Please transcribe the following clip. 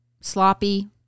sloppy